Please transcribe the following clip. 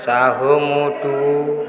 ସାହୁମୁତୁ